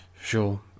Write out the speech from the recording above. Sure